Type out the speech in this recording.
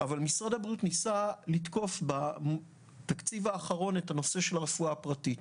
משרד הבריאות ניסה לתקוף בתקציב האחרון את הנושא של הרפואה הפרטית.